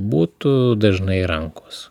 būtų dažnai rankos